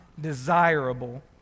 desirable